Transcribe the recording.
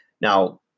Now